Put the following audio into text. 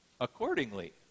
accordingly